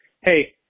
hey